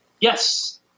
Yes